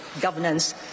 governance